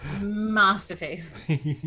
Masterpiece